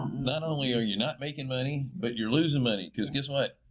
not only are you not making money, but you are losing money because guess what?